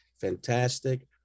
fantastic